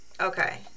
Okay